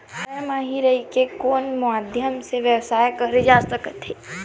घर म हि रह कर कोन माध्यम से व्यवसाय करे जा सकत हे?